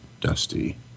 Dusty